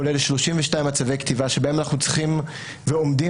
כולל 32 מצבי כתיבה שבהם אנחנו צריכים ועומדים